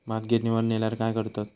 भात गिर्निवर नेल्यार काय करतत?